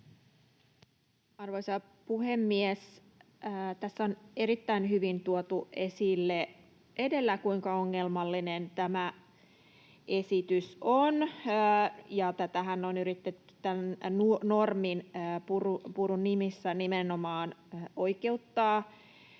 Arvoisa puhemies! Tässä on erittäin hyvin tuotu esille edellä, kuinka ongelmallinen tämä esitys on. Tätähän on yritetty nimenomaan norminpurun nimissä oikeuttaa.